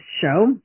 Show